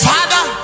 Father